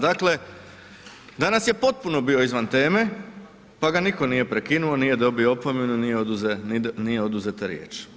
Dakle, danas je potpuno bio izvan teme pa ga nitko nije prekinuo, nije dobio opomenu, nije oduzeta riječ.